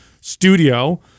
studio